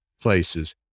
places